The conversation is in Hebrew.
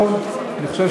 אני חושב